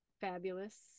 Fabulous